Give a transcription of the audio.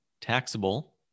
taxable